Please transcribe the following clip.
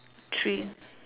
three